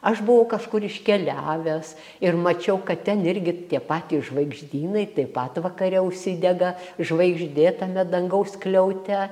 aš buvau kažkur iškeliavęs ir mačiau kad ten irgi tie patys žvaigždynai taip pat vakare užsidega žvaigždėtame dangaus skliaute